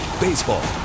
Baseball